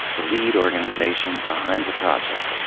the lead organization behind the project.